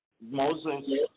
Moses